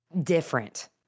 different